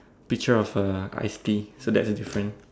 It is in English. picture of a iced tea so that's the difference